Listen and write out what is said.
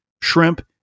shrimp